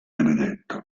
benedetto